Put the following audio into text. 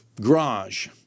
garage